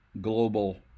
global